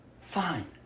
Fine